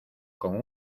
con